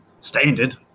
standard